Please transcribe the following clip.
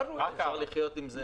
אפשר לחיות עם זה,